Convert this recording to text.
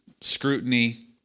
scrutiny